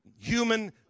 human